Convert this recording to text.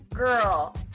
Girl